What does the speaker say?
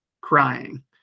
crying